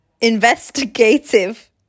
investigative